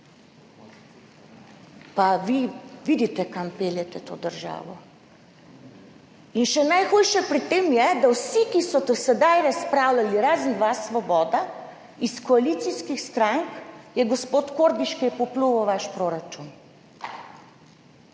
Pa vi vidite, kam peljete to državo? In še najhujše pri tem je, da so vsi, ki so do sedaj razpravljali, razen vas Svoboda, iz koalicijskih strank je gospod Kordiš, ki je popljuval vaš proračun.